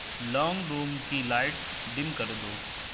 long room کی lights dim کر دو